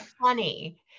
funny